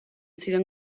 ziren